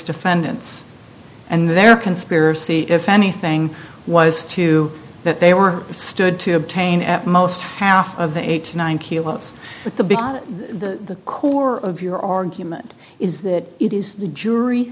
defendants and their conspiracy if anything was to that they were stood to obtain at most half of the eighty nine kilos but the big the core of your argument is that it is the jury